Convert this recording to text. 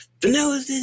Vanilla